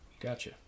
Gotcha